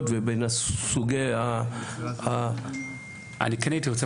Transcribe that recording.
ובין סוגי ה --- אני כן הייתי רוצה,